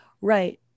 Right